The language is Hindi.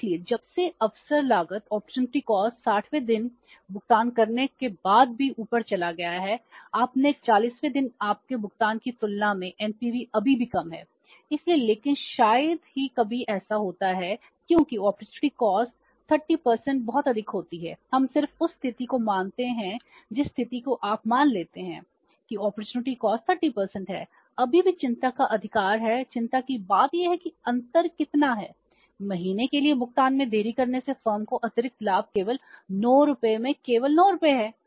इसलिए जब से अवसर लागत 60 वें दिन भुगतान करने के बाद भी ऊपर चला गया है अपने 40 वें दिन आपके भुगतान की तुलना में एनपीवी 30 है अभी भी चिंता का अधिकार है चिंता की बात यह है कि अंतर कितना है 1 महीने के लिए भुगतान में देरी करने से फर्म को अतिरिक्त लाभ केवल 9 रुपये में केवल 9 रुपये है